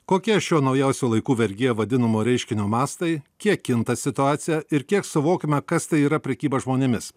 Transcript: kokie šio naujausių laikų vergija vadinamo reiškinio mastai kiek kinta situacija ir kiek suvokiame kas tai yra prekyba žmonėmis